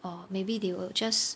or maybe they will just